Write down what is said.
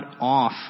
off